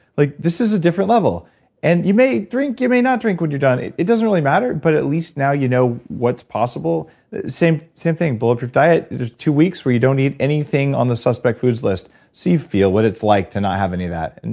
like this is a different level and you may drink, you may not drink when you're done. it it doesn't really matter, but at least now you know what's possible same same thing, bulletproof diet, there's two weeks where you don't eat anything on the suspect foods list so you feel what it's like to not have any of that. and